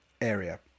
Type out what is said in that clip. area